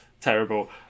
Terrible